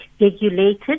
regulated